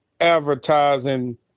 advertising